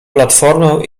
platformę